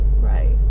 Right